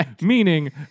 meaning